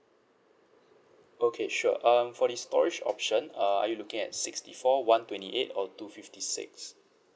okay sure um for the storage option uh are you looking at sixty four one twenty eight or two fifty six